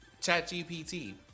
ChatGPT